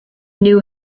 knew